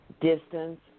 Distance